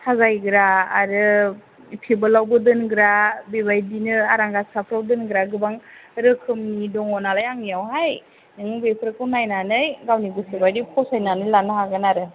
साजायग्रा आरो थेबोलावबो दोनग्रा बेबायदिनो आरांगा साफ्राव दोनग्रा गोबां रोखोमनि दङ नालाय आंनियावहाय नों बेफोरखौ नायनानै गावनि गोसो बायदि फसायनानै लानो हागोन आरो